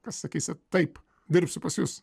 kas sakysit taip dirbsiu pas jus